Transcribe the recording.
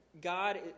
God